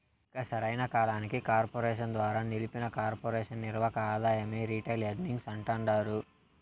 ఇక సరైన కాలానికి కార్పెరేషన్ ద్వారా నిలిపిన కొర్పెరేషన్ నిర్వక ఆదాయమే రిటైల్ ఎర్నింగ్స్ అంటాండారు